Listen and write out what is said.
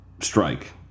strike